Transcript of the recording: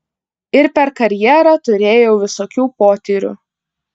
ir per karjerą turėjau visokių potyrių